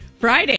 Friday